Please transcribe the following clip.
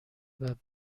بعد